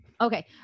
Okay